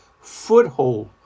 foothold